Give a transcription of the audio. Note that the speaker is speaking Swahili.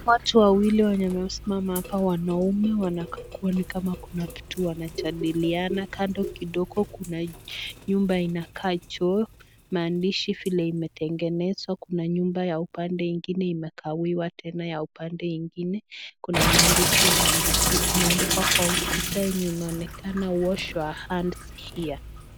Watu wawili wenye wamesimama hapa, wanaume, wanakaa kuwa ni kama kuna kitu wanajadiliana. Kando kidogo kuna nyumba inakaa choo. Maandishi vile imetengenezwa, kuna nyumba ya upande ingine imekawiwa tena ya upande ingine. Kuna maandishi imeandikwa kwa ukuta yenye imeonekana wash your hands here .